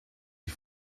die